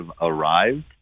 arrived